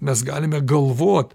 mes galime galvot